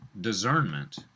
discernment